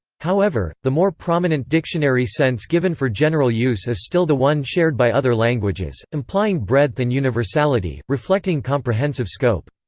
however, the more prominent dictionary sense given for general use is still the one shared by other languages, implying breadth and universality, reflecting comprehensive scope.